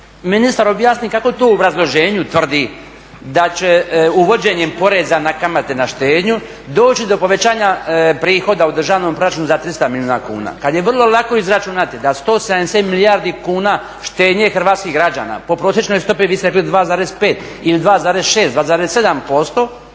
ministar objasni kako to u obrazloženju tvrdi da će uvođenjem poreza na kamate na štednju doći do povećanja prihoda u državnom proračunu za 300 milijuna kuna kad je vrlo lako izračunati da 177 milijardi kuna štednje hrvatskih građana po prosječnoj stopi vi ste rekli 2,5 ili 2,6, 2,7%